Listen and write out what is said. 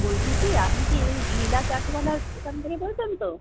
বলছি কি আপনি কি ওই বিড়লা চাটওয়ালার দোকান থেকে বলছেন তো